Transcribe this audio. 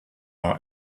our